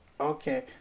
Okay